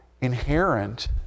inherent